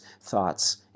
thoughts